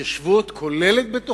ההתיישבות כוללת את